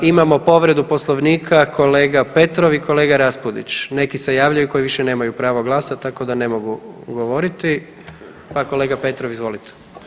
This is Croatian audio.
Imamo povredu Poslovnika kolega Petrov i kolega Rapudić, neki se javljaju koji više nemaju prvo glasa tako da ne mogu govoriti, pa kolega Petrov izvolite.